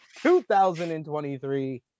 2023